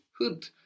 Hood